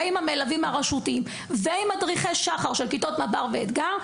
עם המדריכים הרשותיים ועם מדריכי ׳שחר׳ של כיתות מב״ר ואתגר,